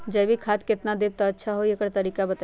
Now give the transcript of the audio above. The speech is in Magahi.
जैविक खाद केतना देब त अच्छा होइ ओकर तरीका बताई?